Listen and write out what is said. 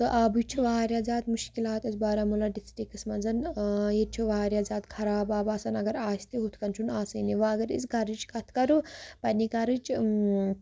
تہٕ آبٕچ چھِ واریاہ زیادٕ مُشکلات اَسہِ بارہمولہ ڈِسٹِرٛکَس منٛز ییٚتہِ چھُ واریاہ زیادٕ خراب آب آسان اگر آسہِ تہِ ہُتھ کَن چھُنہٕ آسٲنی وَ اگر أسۍ گَرٕچ کَتھ کَرو پںٛںہِ گَرٕچ